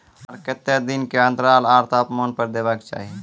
आर केते दिन के अन्तराल आर तापमान पर देबाक चाही?